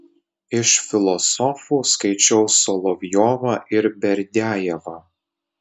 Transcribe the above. iš filosofų skaičiau solovjovą ir berdiajevą